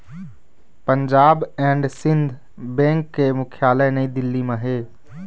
Punjab and Sind bank के मुख्यालय नई दिल्ली म हे